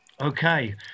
okay